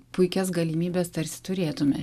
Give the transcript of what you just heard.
puikias galimybes tarsi turėtume